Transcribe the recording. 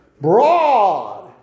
broad